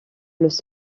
los